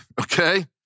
okay